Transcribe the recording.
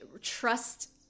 trust